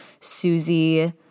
Susie